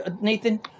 Nathan